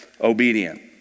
obedient